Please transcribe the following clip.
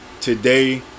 today